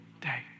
day